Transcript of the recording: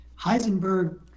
Heisenberg